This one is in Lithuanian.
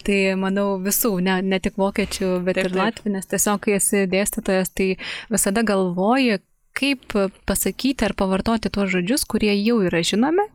tai manau visų ne ne tik vokiečių bet ir latvių nes tiesiog kai esi dėstytojas tai visada galvoji kaip pasakyti ar pavartoti tuos žodžius kurie jau yra žinomi